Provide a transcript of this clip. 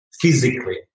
physically